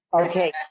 Okay